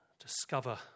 discover